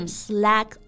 slack